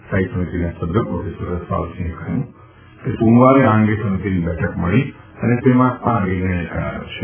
સ્થાયી સમિતિના સભ્ય પ્રોફેસર રસાલસિંહે જણાવ્યું કે સોમવારે આ અંગે સમિતિની બેઠક મળી હતી અને તેમાં આ નિર્ણય કરાયો છે